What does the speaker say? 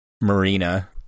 Marina